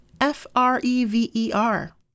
F-R-E-V-E-R